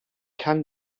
can